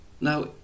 now